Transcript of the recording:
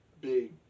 big